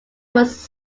was